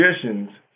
conditions